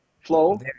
flow